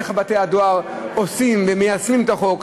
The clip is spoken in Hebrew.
איך בתי-הדואר עושים ומיישמים את החוק.